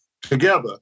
together